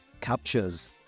captures